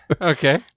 Okay